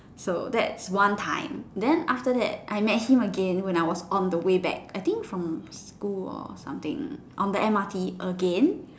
so that's one time then after that I met him again when I was on the way back I think from school or something on the M_R_T again